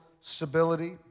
stability